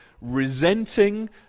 resenting